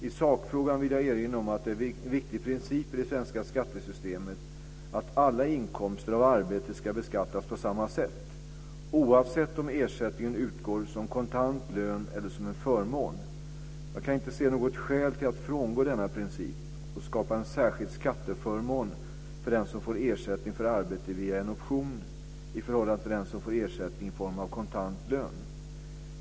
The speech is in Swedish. I sakfrågan vill jag erinra om att det är en viktig princip i det svenska skattesystemet att alla inkomster av arbete ska beskattas på samma sätt, oavsett om ersättningen utgår som kontant lön eller som en förmån. Jag kan inte se något skäl till att frångå denna princip och skapa en särskild skatteförmån för den som får ersättning för arbete via en option i förhållande till den som får ersättning i form av kontant lön.